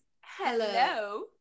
Hello